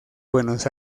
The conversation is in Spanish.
buenos